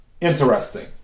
Interesting